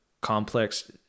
complex